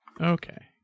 Okay